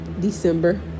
December